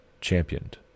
championed